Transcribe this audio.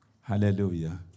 Hallelujah